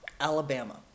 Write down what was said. Alabama